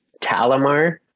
talamar